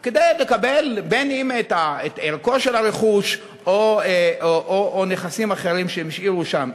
לקבל את ערכו של הרכוש או נכסים אחרים שהם השאירו שם.